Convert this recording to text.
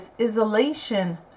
isolation